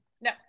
No